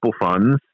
funds